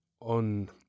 on